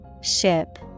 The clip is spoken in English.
Ship